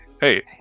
Hey